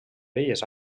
belles